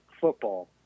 football